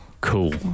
Cool